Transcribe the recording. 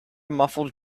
muffled